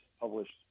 published